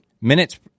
minutes